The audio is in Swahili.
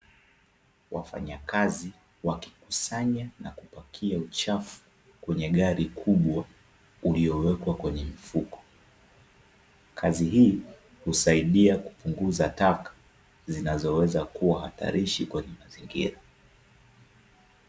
Wafanyakazi wakikusanya na kupakia uchafu kwenye gari kubwa, uliowekwa kwenye mifuko. Kazi hii husaidia kupunguza taka, zinazoweza kuwa hatarishi kwenye mazingira.